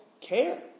care